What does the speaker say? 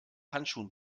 handschuhen